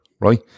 right